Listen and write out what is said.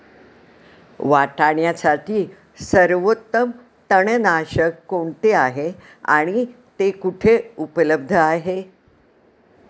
वाटाण्यासाठी सर्वोत्तम तणनाशक कोणते आहे आणि ते कुठे उपलब्ध आहे?